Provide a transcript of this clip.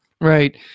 Right